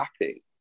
happy